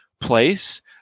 place